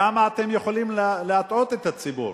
כמה אתם יכולים להטעות את הציבור?